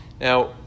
Now